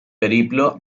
periplo